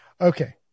Okay